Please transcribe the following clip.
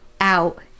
out